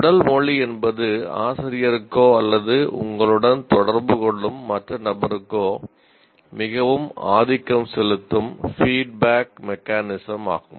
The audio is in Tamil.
உடல் மொழி என்பது ஆசிரியருக்கோ அல்லது உங்களுடன் தொடர்பு கொள்ளும் மற்ற நபருக்கோ மிகவும் ஆதிக்கம் செலுத்தும் பீட்பேக் மெக்கானிசம் ஆகும்